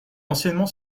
anciennement